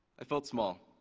i felt small.